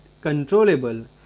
controllable